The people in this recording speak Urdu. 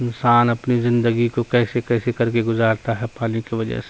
انسان اپنی زندگی کو کیسے کیسے کر کے گزارتا ہے پانی کی وجہ سے